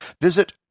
visit